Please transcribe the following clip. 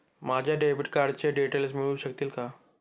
माझ्या डेबिट कार्डचे डिटेल्स मिळू शकतील का?